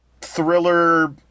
thriller